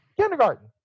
Kindergarten